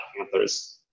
Panthers